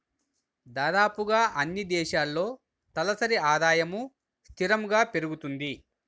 దాదాపుగా అన్నీ దేశాల్లో తలసరి ఆదాయము స్థిరంగా పెరుగుతుంది